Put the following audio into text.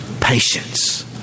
patience